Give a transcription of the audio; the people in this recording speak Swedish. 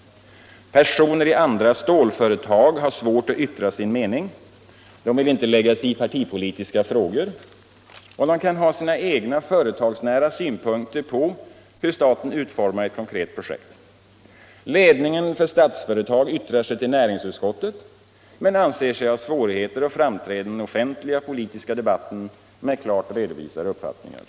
Personer i andra stålföretag har svårt att yttra sin mening. De vill inte lägga sig i partipolitiska frågor, och de kan ha sina egna företagsnära synpunkter på hur staten utformar ett konkret projekt. Ledningen för Statsföretag yttrar sig till näringsutskottet men anser sig ha svårigheter att framträda i den offentliga politiska debatten med klart redovisade uppfattningar.